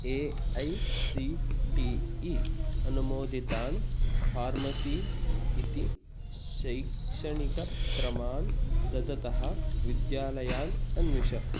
A I C T E अनुमोदितान् pharmacy इति शैक्षणिकक्रमान् ददतः विद्यालयान् अन्विष